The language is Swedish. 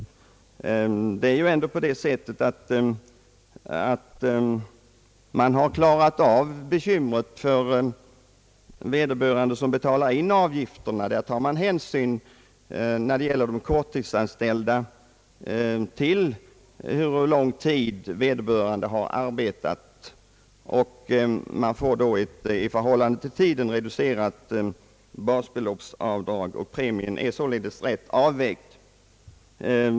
För dem som betalar in avgifterna har man klarat av bekymret genom att när det gäller korttidsanställning ta hänsyn till hur lång tid vederbörande har arbetat. Man får då ett i förhållande till tiden reducerat basbeloppsavdrag, och premien blir sålunda rätt avvägd.